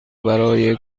برای